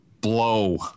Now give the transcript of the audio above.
blow